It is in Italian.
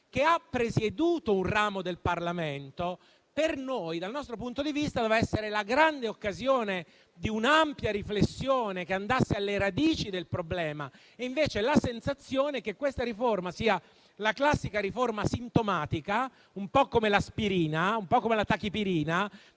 che ha presieduto un ramo del Parlamento, per noi, dal nostro punto di vista, doveva essere la grande occasione per un'ampia riflessione che andasse alle radici del problema. C'è invece la sensazione che questa sia la classica riforma sintomatica, un po' come l'aspirina o la tachipirina: